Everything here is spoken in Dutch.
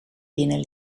binnen